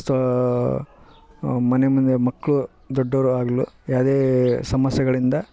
so ಮನೆ ಮುಂದೆ ಮಕ್ಕಳು ದೊಡ್ಡೋರು ಆಗಲು ಯಾವುದೇ ಸಮಸ್ಯೆಗಳಿಂದ